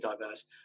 diverse